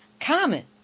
common